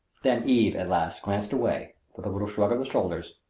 then eve at last glanced away, with a little shrug of the shoulders,